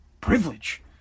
privilege